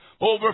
Over